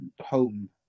home